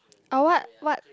uh what what